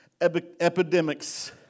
epidemics